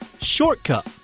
Shortcut